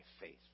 faith